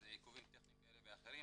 יש עיכובים טכניים כאלה ואחרים,